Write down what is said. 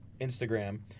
Instagram